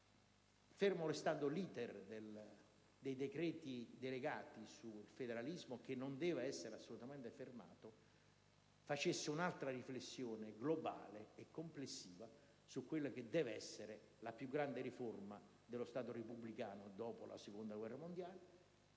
fermo restando l'*iter* dei decreti delegati sul federalismo, che non deve essere assolutamente fermato, avviassero un'altra riflessione globale e complessiva su quella che deve essere la più grande riforma dello Stato repubblicano. Va benissimo la